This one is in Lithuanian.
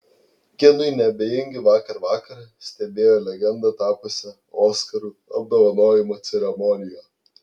kinui neabejingi vakar vakarą stebėjo legenda tapusią oskarų apdovanojimų ceremoniją